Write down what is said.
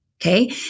Okay